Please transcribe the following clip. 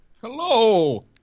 Hello